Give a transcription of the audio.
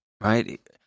right